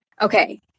Okay